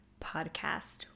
podcast